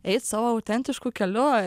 eit savo autentišku keliu